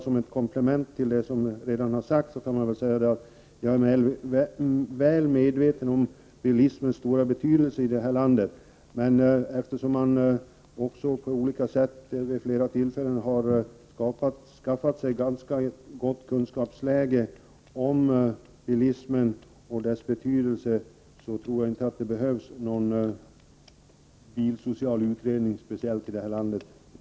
Som komplement till det som redan har sagts kan jag säga att jag är väl medveten om bilismens stora betydelse i det här landet, men eftersom vi på olika sätt vid flera tillfällen har skaffat oss ganska goda kunskaper om bilismen och dess betydelse tror jag inte att det behövs någon bilsocial utredning i det här landet.